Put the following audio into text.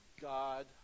God